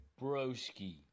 Broski